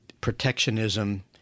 protectionism